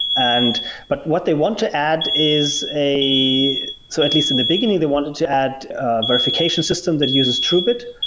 and but what they want to add is a so at least in the beginning they wanted to add verification system that uses truebit.